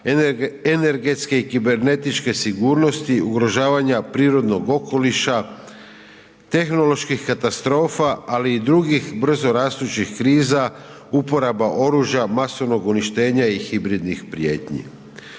energetske i kibernetičke sigurnosti, ugrožavanja prirodnog okoliša, tehnoloških katastrofa ali i drugih brzorastućih kriza, uporaba oružja masovnog uništenja i hibridnih prijetnji.